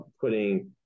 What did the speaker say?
putting